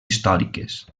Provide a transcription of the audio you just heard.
històriques